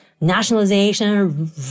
nationalization